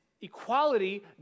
Equality